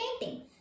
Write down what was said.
painting